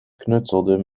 knutselden